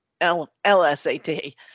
LSAT